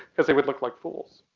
cause they would look like fools,